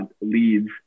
leads